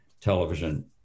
television